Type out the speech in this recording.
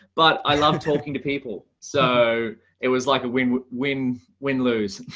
but i love talking to people. so it was like a win, win, win lose.